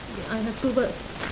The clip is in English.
ya I have two birds